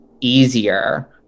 easier